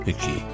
Aqui